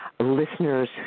Listeners